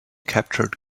captured